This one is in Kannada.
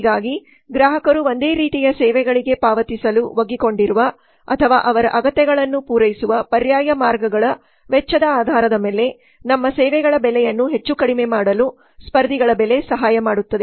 ಹೀಗಾಗಿ ಗ್ರಾಹಕರು ಒಂದೇ ರೀತಿಯ ಸೇವೆಗಳಿಗೆ ಪಾವತಿಸಲು ಒಗ್ಗಿಕೊಂಡಿರುವ ಅಥವಾ ಅವರ ಅಗತ್ಯಗಳನ್ನು ಪೂರೈಸುವ ಪರ್ಯಾಯ ಮಾರ್ಗಗಳ ವೆಚ್ಚದ ಆಧಾರದ ಮೇಲೆ ನಮ್ಮ ಸೇವೆಗಳ ಬೆಲೆಯನ್ನು ಹೆಚ್ಚುಕಡಿಮೆ ಮಾಡಲು ಸ್ಪರ್ಧಿಗಳ ಬೆಲೆ ಸಹಾಯ ಮಾಡುತ್ತದೆ